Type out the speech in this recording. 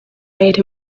made